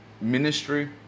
ministry